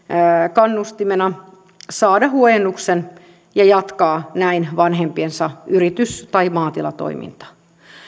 kannustimena saada huojennuksen ja jatkaa näin vanhempiensa yritys tai maatilatoimintaa